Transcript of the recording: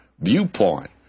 viewpoint